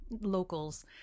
locals